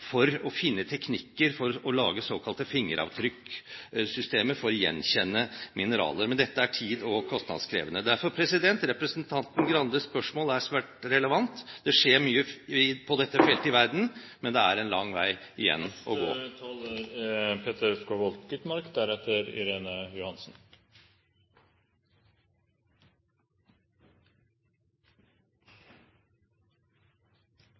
for å finne teknikker for å lage såkalte fingeravtrykksystemer for å gjenkjenne mineraler. Men dette er tid- og kostnadskrevende. Derfor er representanten Stokkan-Grandes spørsmål svært relevant. Det skjer mye på dette feltet i verden, men det er en lang vei igjen.